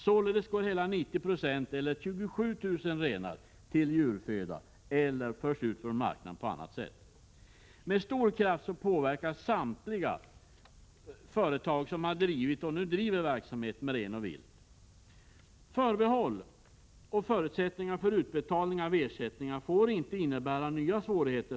Således går hela 90 96 eller 27 000 renar till djurföda eller förs bort från marknaden på annat sätt. Med stor kraft påverkas samtliga företag som har drivit och nu driver verksamhet med ren och vilt. innebära nya svårigheter för de så hårt drabbade företagen och deras anställda.